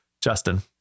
Justin